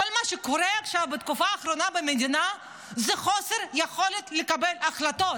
כל מה שקורה עכשיו בתקופה האחרונה במדינה זה חוסר יכולת לקבל החלטות.